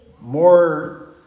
More